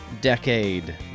decade